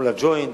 מול ה"ג'וינט",